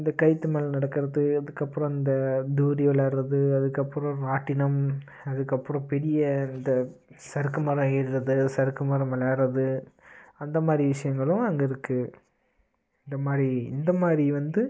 இந்த கயிற்று மேல் நடக்கிறது அதுக்கப்புறம் அந்த தூரி விளையாடுறது அதுக்கப்புறம் ராட்டினம் அதுக்கப்புறம் பெரிய இந்த சறுக்கு மரம் ஏர்றது சறுக்கு மரம் விளையாடுறது அந்த மாதிரி விஷயங்களும் அங்கே இருக்குது இந்த மாதிரி இந்த மாதிரி வந்து